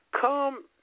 Come